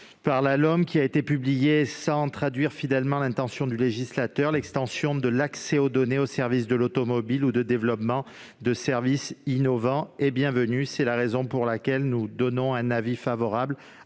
ordonnance désormais publiée ne traduit pas fidèlement l'intention du législateur. L'extension de l'accès aux données aux services de l'automobile ou de développement de services innovants est la bienvenue : c'est la raison pour laquelle nous sommes favorables